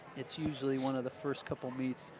it's usually one of the first couple meets,